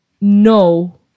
no